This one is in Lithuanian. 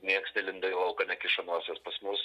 nieks nelindo į lauką nekišo nosies pas mus